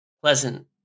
pleasant